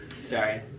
Sorry